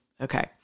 Okay